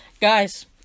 Guys